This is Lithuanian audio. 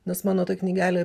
nes mano ta knygelė